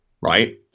right